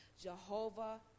Jehovah